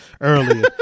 earlier